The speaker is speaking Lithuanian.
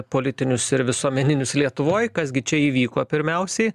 politinius ir visuomeninius lietuvoj kas gi čia įvyko pirmiausiai